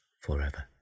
forever